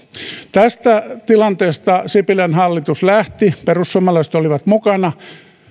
tästä tilanteesta sipilän hallitus lähti perussuomalaiset olivat mukana